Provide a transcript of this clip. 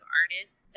artists